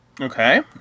Okay